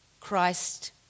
Christ